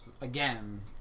again